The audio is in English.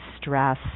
stress